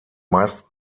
meist